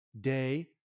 day